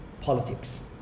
politics